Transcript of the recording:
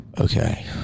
Okay